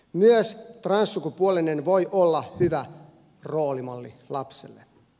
myös transsukupuolinen voi olla hyvä roolimalli lapselle